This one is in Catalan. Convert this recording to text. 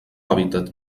hàbitat